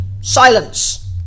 silence